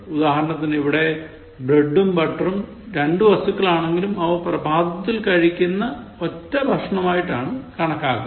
ഉദാഹരണത്തിന് ഇവിടെ breadഉം butterഉം രണ്ടു വസ്തുക്കളാണെങ്കിലും അവ പ്രഭാതത്തിൽ കഴിക്കുന്ന ഒറ്റ ഭക്ഷണമായിട്ടാണ് കണക്കാക്കുന്നത്